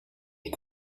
est